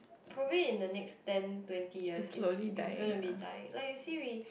probably in the next ten twenty years is is gonna be dying like you see we